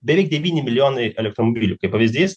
beveik devyni milijonai elektromobilių kaip pavyzdys